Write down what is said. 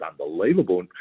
unbelievable